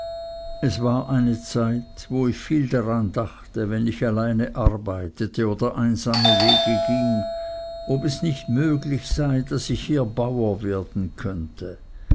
es war eine zeit wo ich viel daran dachte wenn ich alleine arbeitete oder einsame wege ging ob es nicht möglich sei daß ich hier bauer werden könnte